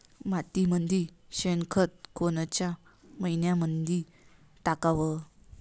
मातीमंदी शेणखत कोनच्या मइन्यामंधी टाकाव?